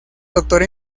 doctor